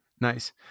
Nice